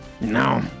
no